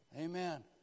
Amen